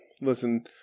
Listen